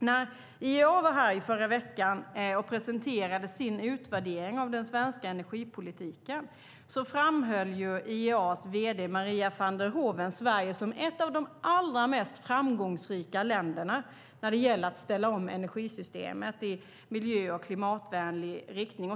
När IEA var här i förra veckan och presenterade sin utvärdering av den svenska energipolitiken framhöll IEA:s vd Maria van der Hoeven Sverige som ett av de allra mest framgångsrika länderna när det gäller att ställa om energisystemet i miljö och klimatvänlig riktning.